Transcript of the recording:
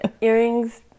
Earrings